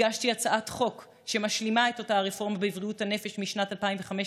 הגשתי הצעת חוק שמשלימה את אותה רפורמה בבריאות הנפש משנת 2015,